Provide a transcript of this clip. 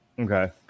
Okay